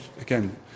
again